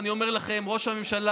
אני אומר לכם: ראש הממשלה,